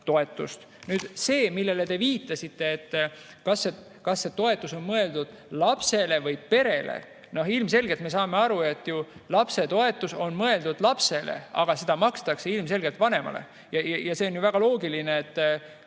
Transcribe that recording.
Nüüd see, millele te viitasite, et kas see toetus on mõeldud lapsele või perele. Ilmselgelt me saame aru, et lapsetoetus on mõeldud lapsele, aga seda makstakse ilmselgelt vanemale. See on ju väga loogiline.